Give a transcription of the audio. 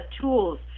tools